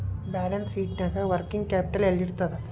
Balance ಶೇಟ್ನ್ಯಾಗ working capital ಯೆಲ್ಲಿರ್ತದ?